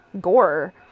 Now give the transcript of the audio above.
gore